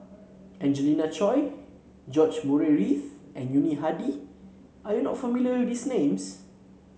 Angelina Choy George Murray Reith and Yuni Hadi are you not familiar with these names